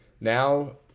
Now